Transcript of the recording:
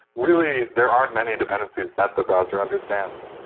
really, there aren't many dependencies that the browser understands.